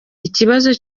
ikibazo